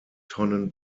tonnen